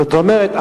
זאת אומרת,